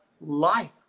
life